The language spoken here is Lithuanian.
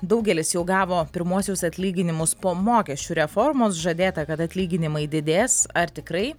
daugelis jau gavo pirmuosius atlyginimus po mokesčių reformos žadėta kad atlyginimai didės ar tikrai